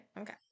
okay